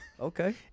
Okay